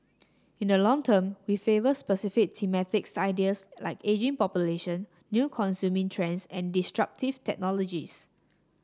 in the long term we favour specific thematic ideas like ageing population new consuming trends and disruptive technologies